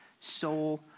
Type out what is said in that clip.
soul